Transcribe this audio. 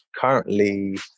currently